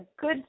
good